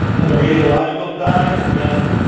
on the radiological side, again,